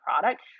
product